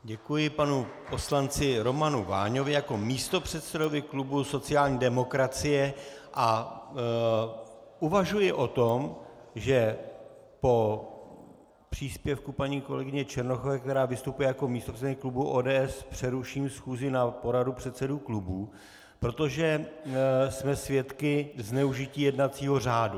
Děkuji panu poslanci Romanu Váňovi jako místopředsedovi klubu sociální demokracie a uvažuji o tom, že po příspěvku paní kolegyně Černochové, která vystupuje jako místopředsedkyně klubu ODS, přeruším schůzi na poradu předsedů klubů, protože jsme svědky zneužití jednacího řádu.